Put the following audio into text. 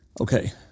Okay